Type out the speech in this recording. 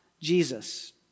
Jesus